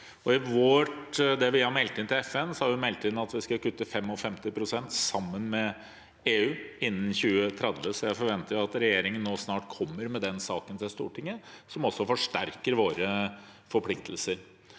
vi har meldt inn til FN, er at vi skal kutte 55 pst. sammen med EU innen 2030, så jeg forventer at regjeringen nå snart kommer med den saken til Stortinget, som også forsterker våre forpliktelser.